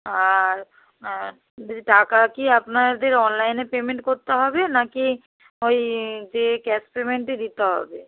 আর টাকা কি আপনাদের অনলাইনে পেমেন্ট করতে হবে নাকি ওই যেয়ে ক্যাশ পেমেন্টই দিতে হবে